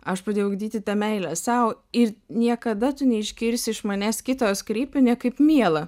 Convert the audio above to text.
aš pradėjau ugdyti tą meilę sau ir niekada neišgirsi iš manęs kitos kreipinio kaip miela